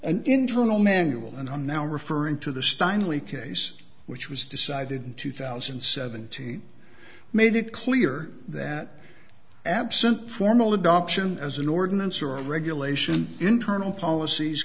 an internal manual and i'm now referring to the stein lee case which was decided in two thousand and seventy made it clear that absent formal adoption as an ordinance or a regulation internal policies